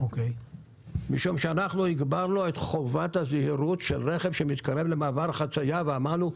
משום שאנחנו הגברנו את חובת הזהירות שרכב שמתקרב למעבר חצייה ואמרנו,